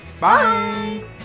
Bye